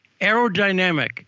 aerodynamic